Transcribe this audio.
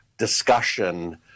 Discussion